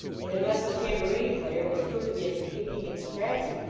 and, unless the tambourine-player was proof against kicking and scratching,